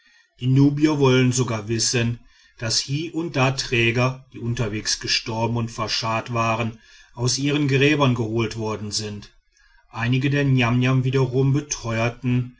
die nubier wollen sogar wissen daß hie und da träger die unterwegs gestorben und verscharrt waren aus ihren gräbern geholt worden sind einige der niamniam wiederum